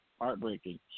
heartbreaking